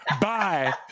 Bye